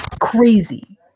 crazy